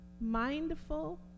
mindful